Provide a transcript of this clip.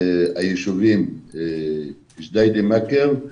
בג'דיידה מכר,